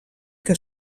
que